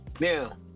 Now